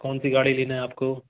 कौन सी गाड़ी लेना है आपको